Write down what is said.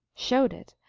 showed it,